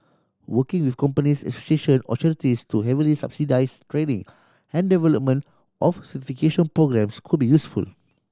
working with companies association or charities to heavily subsidise training and development of certification programmes could be useful